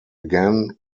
again